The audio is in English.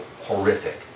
horrific